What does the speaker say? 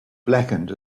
blackened